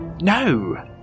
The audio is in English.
No